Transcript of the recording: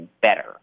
better